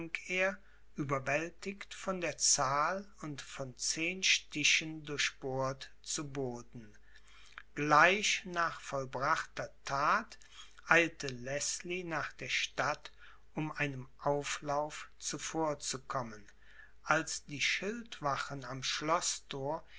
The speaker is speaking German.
überwältigt von der zahl und von zehn stichen durchbohrt zu boden gleich nach vollbrachter that eilte leßlie nach der stadt um einem auflauf zuvorzukommen als die schildwachen am schloßthor